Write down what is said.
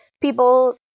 people